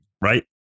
right